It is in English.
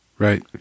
Right